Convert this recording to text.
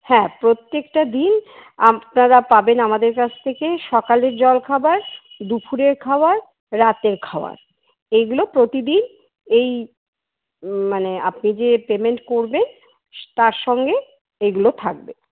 হ্যাঁ প্রত্যেকটা দিন আপনারা পাবেন আমাদের কাছ থেকে সকালের জলখাবার দুপুরের খাবার রাতের খাবার এগুলো প্রতিদিন এই মানে আপনি যে পেমেন্ট করবেন তার সঙ্গে এগুলো থাকবে